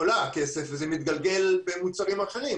עולה כסף וזה מתגלגל במוצרים אחרים,